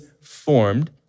formed